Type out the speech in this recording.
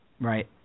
Right